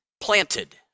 planted